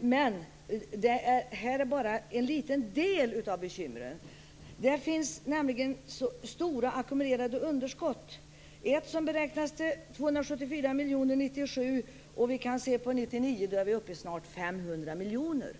Men det här är bara en liten del av bekymren. Det finns nämligen stora ackumulerade underskott. Det finns ett som beräknas till 274 miljoner kronor 1997, och om vi ser på 1999 är vi snart uppe i 500 miljoner kronor.